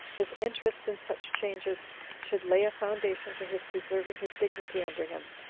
his interest in such changes should lay a foundation for his preserving his dignity under him,